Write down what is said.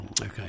Okay